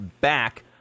back